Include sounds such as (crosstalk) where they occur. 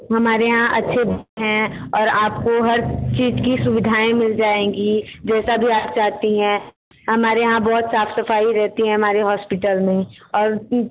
हमारे यहाँ अच्छे हैं और आपको हर चीज़ की सुविधाएँ मिल जाएँगी जैसा जो आप चाहती हैं हमारे यहाँ बहुत साफ़ सफ़ाई रहती है हमारे हॉस्पिटल में और (unintelligible)